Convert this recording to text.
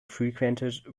frequented